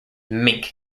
mink